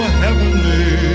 heavenly